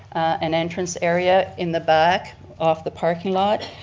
an entrance area in the back off the parking lot,